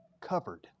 covered